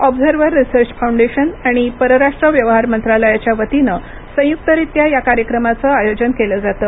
observer Research Foundation आणि परराष्ट्र व्यवहार मंत्रालयाच्यावतीनं संयुकरीत्या या कार्यक्रमाचं आयोजन केलं जातं